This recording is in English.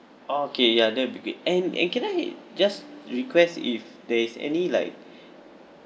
okay ya that will be great and and can I just request if there is any like